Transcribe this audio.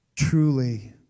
Truly